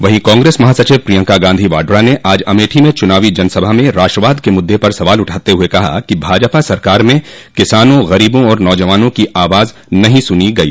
वहीं कांग्रेस महासचिव प्रियंका गांधी वाड्रा ने आज अमेठी में चुनावी जनसभा में राष्ट्रवाद के मददे पर सवाल उठाते हये कहा कि भाजपा सरकार में किसानों गरीबों और नौजवानों की आवाज नहों सुनी गई